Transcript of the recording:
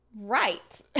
right